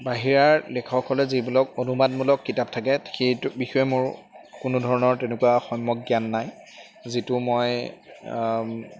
বাহিৰা লেখকসকলে যিবিলাক অনুবাদমূলক কিতাপ থাকে সেইটোৰ বিষয়ে মোৰ কোনো ধৰণৰ তেনেকুৱা সম্যক জ্ঞান নাই যিটো মই